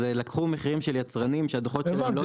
לקחו מחירים של יצרנים שהדו"חות שלהם --- בסדר,